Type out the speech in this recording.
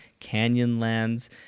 Canyonlands